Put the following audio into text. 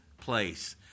place